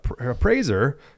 appraiser